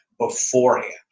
beforehand